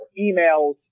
emails